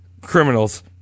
criminals